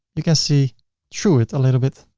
you can see through it a little bit.